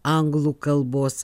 anglų kalbos